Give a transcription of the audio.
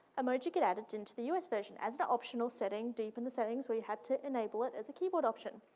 emoji get added into the us version as an optional setting, deep in the settings, where you had to enable it as a keyboard option.